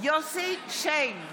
יוסף שיין,